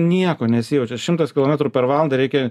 nieko nesijaučiau šimtas kilometrų per valandą reikia